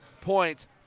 points